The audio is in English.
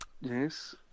Yes